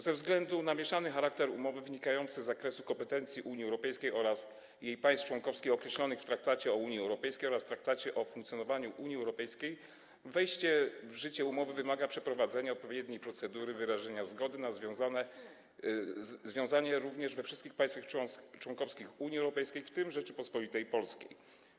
Ze względu na mieszany charakter umowy, wynikający z zakresu kompetencji Unii Europejskiej oraz jej państw członkowskich, określonych w Traktacie o Unii Europejskiej oraz Traktacie o funkcjonowaniu Unii Europejskiej, wejście w życie umowy wymaga przeprowadzenia odpowiedniej procedury wyrażenia zgody na związanie również we wszystkich państwach członkowskich Unii Europejskiej, w tym w Rzeczypospolitej Polskiej.